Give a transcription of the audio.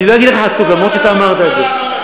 אני לא אגיד לך "חצוף", למרות שאתה אמרת את זה.